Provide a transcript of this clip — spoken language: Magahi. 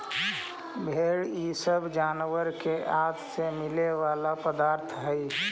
भेंड़ इ सब जानवर के आँत से मिला वाला पदार्थ हई